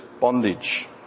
bondage